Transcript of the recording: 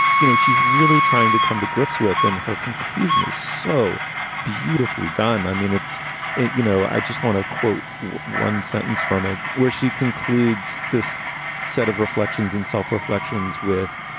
you know, she's really trying to come to grips with in her conclusion is so beautifully done. i mean, it's you know, i just want to quote one sentence from it where she concludes this set of reflections and self reflections with.